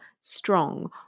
strong